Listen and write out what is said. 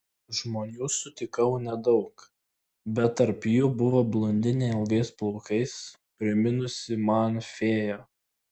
žmonių sutikau nedaug bet tarp jų buvo blondinė ilgais plaukais priminusi man fėją